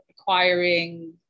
acquiring